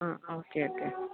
ആ okay okay